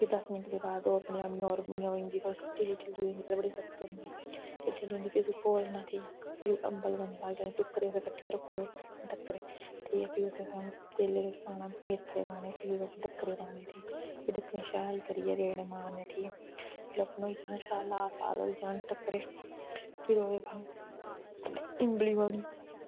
फ्ही दस मिंट्ट दे बाद ओह् अपने आप इ'यां नर्म इ'यां होई जंदी थोह्ड़ी ढिल्ली ढिल्ली होई जंदी पैह्लें बड़ी सख्त होंदी ढिल्ली ढिल्ली होई जंदी फ्ही उसी घोलना ठीक ऐ फ्ही अम्बल बनदा जेह्ड़ा असें टुक्करे कट्टियै रक्खी ओड़े डक्करे फ्ही असें उसी तेलै बिच्च पाना मेथरे पाने फ्ही ओह्दे बिच्च डक्करे पाने फ्ही डक्करें गी शैल करियै रेड़े मारने ठीक ऐ फ्ही जिसलै ओह् भनोई जान शैल लाल लाल होई जान डक्करे फिर ओह्दे बाद इंबली पानी